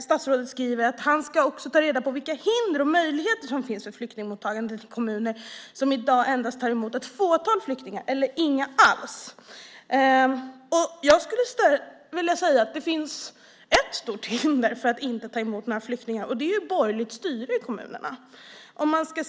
Statsrådet skriver att han ska ta reda på vilka hinder och möjligheter som finns för flyktingmottagandet i kommuner som i dag endast tar emot ett fåtal flyktingar eller inga alls. Jag skulle vilja säga att det finns ett stort hinder för att ta emot flyktingar - borgerligt styre i kommunerna.